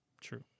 True